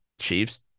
Chiefs